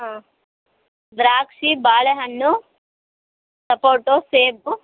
ಹಾಂ ದ್ರಾಕ್ಷಿ ಬಾಳೆಹಣ್ಣು ಸಪೋಟೊ ಸೇಬು